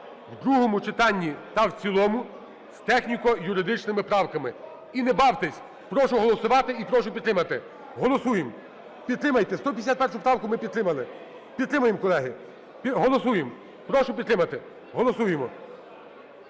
в другому читанні та в цілому з техніко-юридичними правками. І не бавтесь! Прошу голосувати і прошу підтримати. Голосуємо. Підтримайте, 151 правку ми підтримали. Підтримаємо, колеги. Голосуємо. Прошу підтримати. Голосуємо.